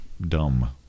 dumb